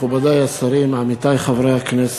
מכובדי השרים, עמיתי חברי הכנסת,